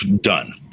done